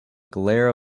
glare